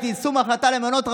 את יישום ההחלטה על המעונות,